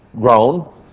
grown